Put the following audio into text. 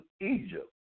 Egypt